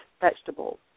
vegetables